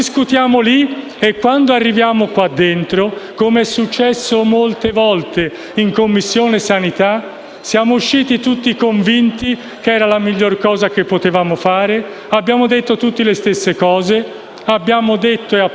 abbiamo apprezzato tutti il lavoro della Commissione. Se tornare in Commissione sanità serve per vedere le facce di coloro che non ce l'hanno messa, sono convinto che questo sia un passaggio utile.